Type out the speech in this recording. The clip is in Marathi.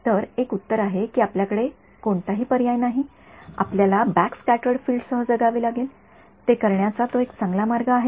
तर एक उत्तर आहे की आपल्याकडे कोणताही पर्याय नाही आपल्याला बॅक स्क्याटर्ड फील्डसह जगावे लागेल ते करण्याचा तो एक चांगला मार्ग आहे का